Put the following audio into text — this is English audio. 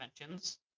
inventions